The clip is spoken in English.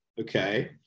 okay